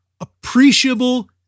appreciable